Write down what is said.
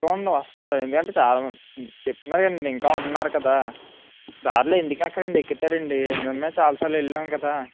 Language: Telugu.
చూడండి వస్తారు ఎందుకంటే చాలామంది చెప్తున్నాను కదండీ ఇంకా ఉన్నారు కదా దారిలో ఎందుకెక్కరండి ఎక్కుతారండీ మేమే చాలా సార్లు వెళ్ళాం కదా